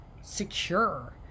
secure